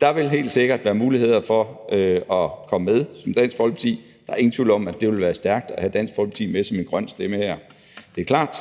Der vil helt sikkert være muligheder for Dansk Folkeparti for at komme med. Der er ingen tvivl om, at det vil være stærkt at have Dansk Folkeparti med som en grøn stemme. Det er klart,